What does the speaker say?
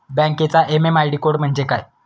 बँकेचा MMID code म्हणजे काय?